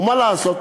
ומה לעשות,